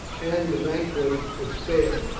and the vanquished were spared,